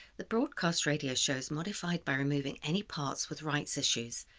the broadcast radio show is modified by removing any parts with rights issues,